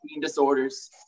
disorders